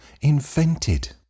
invented